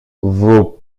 vos